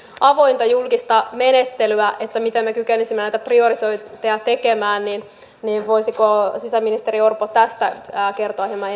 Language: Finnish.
avointa julkista menettelyä siinä miten me kykenisimme näitä priorisointeja tekemään niin niin voisiko sisäministeri orpo tästä kertoa hieman